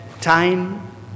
time